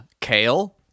kale